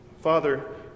Father